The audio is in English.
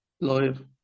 live